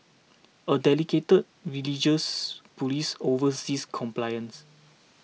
a dedicated religious police oversees compliance